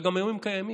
וגם היום הם קיימים.